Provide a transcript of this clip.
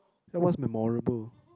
then what's memorable